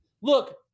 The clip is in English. look